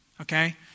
okay